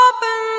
Open